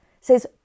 says